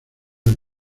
big